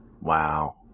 Wow